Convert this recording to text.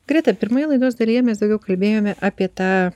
greta pirmoje laidos dalyje mes daugiau kalbėjome apie tą